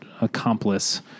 accomplice